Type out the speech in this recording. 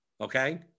okay